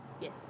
Yes